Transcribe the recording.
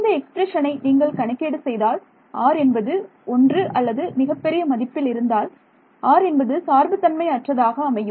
இந்த எக்ஸ்பிரஷனை நீங்கள் கணக்கீடு செய்தால் r' என்பது 1 அல்லது மிகப்பெரிய மதிப்பில் இருந்தால் 'r' என்பது சார்புத் தன்மை அற்றதாக அமையும்